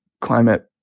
climate